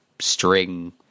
string